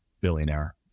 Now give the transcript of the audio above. billionaire